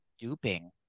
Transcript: duping